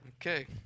Okay